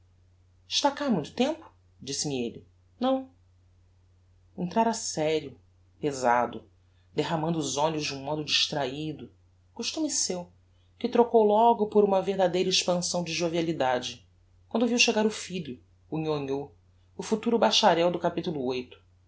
ha muito tempo disse-me elle não entrára serio pesado derramando os olhos de um modo distrahido costume seu que trocou logo por uma verdadeira expansão de jovialidade quando viu chegar o filho o nhonhô o futuro bacharel do cap viii